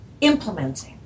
implementing